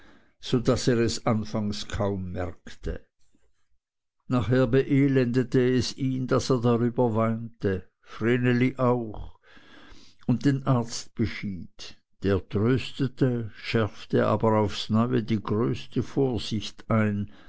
so daß er es anfangs kaum merkte nachher beelendete es ihn daß er darüber weinte vreneli auch und den arzt beschied der tröstete schärfte aber aufs neue die größte vorsicht ein